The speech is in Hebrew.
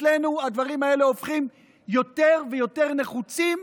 אצלנו הדברים האלה נהפכים ליותר ויותר נחוצים,